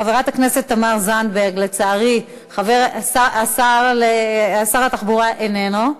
חברת הכנסת תמר זנדברג, לצערי שר התחבורה איננו.